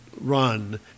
run